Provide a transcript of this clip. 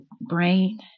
brain